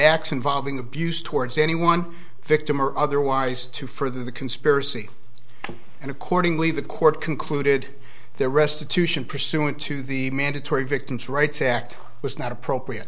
acts involving abuse towards anyone victim or otherwise to further the conspiracy and accordingly the court concluded their restitution pursuant to the mandatory victims rights act was not appropriate